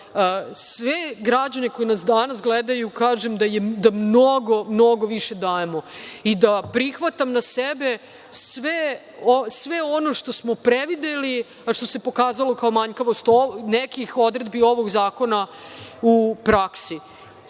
sve građane koji nas danas gledaju kažem da mnogo, mnogo više dajemo i da prihvatam na sebe sve ono što smo prevideli, a što se pokazalo kao manjkavost nekih odredbi ovog zakona u praksi.